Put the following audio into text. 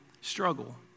struggle